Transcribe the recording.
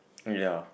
ya